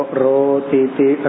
roti